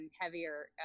heavier